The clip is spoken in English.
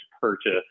purchase